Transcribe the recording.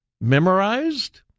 memorized